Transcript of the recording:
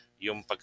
Yung